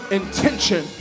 intention